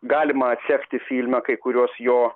galima atsekti filme kai kuriuos jo